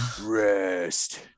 rest